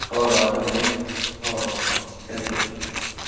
ꯍꯣꯏ ꯍꯣꯏ ꯑꯗꯨꯝ ꯍꯌꯦꯡ ꯍꯣꯏ ꯍꯣꯏ ꯍꯣꯏ ꯊꯦꯡ ꯌꯨ